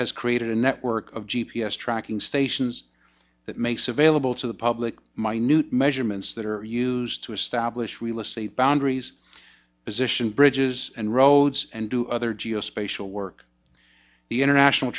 has created a network of g p s tracking stations that makes available to the public minute measurements that are used to establish real estate boundaries position bridges and roads and do other geospatial work the international